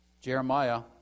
Jeremiah